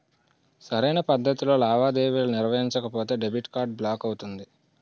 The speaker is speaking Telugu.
సరైన పద్ధతిలో లావాదేవీలు నిర్వహించకపోతే డెబిట్ కార్డ్ బ్లాక్ అవుతుంది